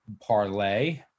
Parlay